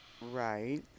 Right